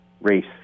race